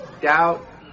doubt